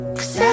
Cause